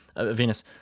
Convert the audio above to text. Venus